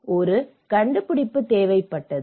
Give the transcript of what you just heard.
ஒரு கண்டுபிடிப்பு தேவைப்பட்டது